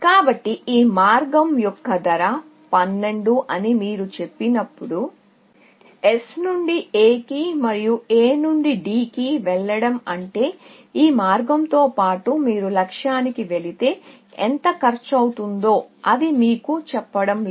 కాబట్టి ఈ మార్గం యొక్క ధర 12 అని మీరు చెప్పినప్పుడు S నుండి A కి మరియు A నుండి D కి వెళ్ళడం అంటే ఈ మార్గంతో పాటు మీరు లక్ష్యానికి వెళితే ఎంత ఖర్చవుతుందో అది మీకు చెప్పడం లేదు